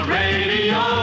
radio